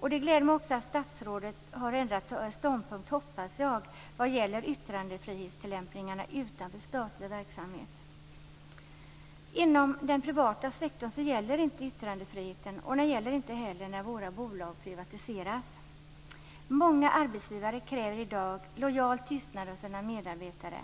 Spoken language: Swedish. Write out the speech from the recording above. Och det gläder mig också att statsrådet har ändrat ståndpunkt, hoppas jag, vad gäller yttrandefrihetstillämpningarna utanför statlig verksamhet. Inom den privata sektorn gäller inte yttrandefriheten och den gäller inte heller när våra bolag privatiseras. Många arbetsgivare kräver i dag lojal tystnad av sina medarbetare,